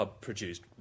produced